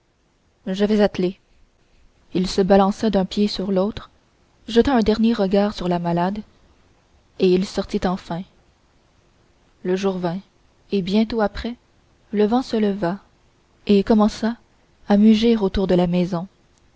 je vas atteler il se balança d'un pied sur l'autre jeta un dernier regard sur la malade et sortit enfin le jour vint et bientôt après le vent se leva et commença à mugir autour de la maison